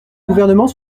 gouvernement